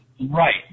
Right